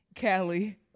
Callie